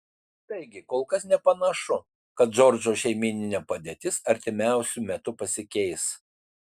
taigi kol kas nepanašu kad džordžo šeimyninė padėtis artimiausiu metu pasikeis